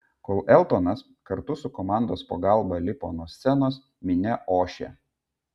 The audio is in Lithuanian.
kol eltonas kartu su komandos pagalba lipo nuo scenos minia ošė